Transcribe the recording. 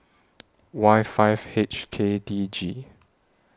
Y five H K D G